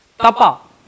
Tapa